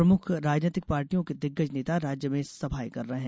प्रमुख राजनैतिक पार्टियों के दिग्गज नेता राज्य में सभाएं कर रहे हैं